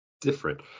different